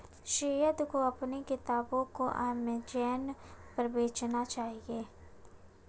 सैयद को अपने किताबों को अमेजन पर बेचना चाहिए